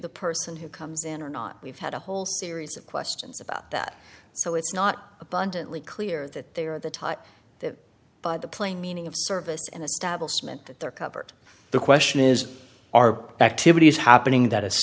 the person who comes in or not we've had a whole series of questions about that so it's not abundantly clear that they are the type of the plain meaning of service and establishment that they're covered the question is are activities happening that